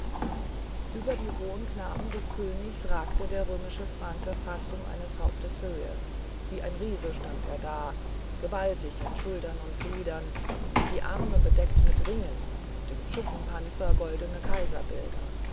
über die hohen knaben des königs ragte der römische franke fast um eines hauptes höhe wie ein riese stand er da gewaltig an schultern und gliedern die arme besteckt mit ringen auf dem schuppenpanzer goldene